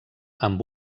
amb